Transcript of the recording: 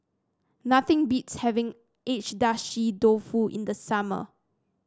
nothing beats having Agedashi Dofu in the summer